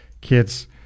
kids